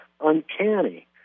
uncanny